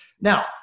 Now